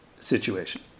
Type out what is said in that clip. Situation